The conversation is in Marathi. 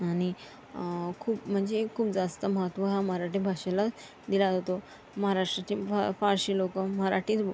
आणि खूप म्हणजे खूप जास्त महत्त्व हा मराठी भाषेला दिला जातो महाराष्ट्राची फा फारशी लोकं मराठीच बो